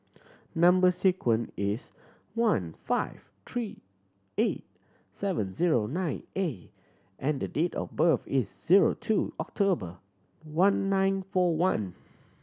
number sequence is one five three eight seven zero nine A and the date of birth is zero two October one nine four one